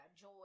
joy